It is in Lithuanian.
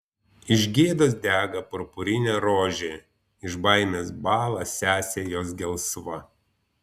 iš gėdos dega purpurinė rožė iš baimės bąla sesė jos gelsva